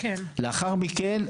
לאחר מכן,